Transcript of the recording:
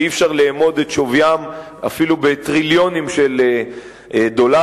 שאי-אפשר לאמוד את שוויים אפילו בטריליונים של דולרים,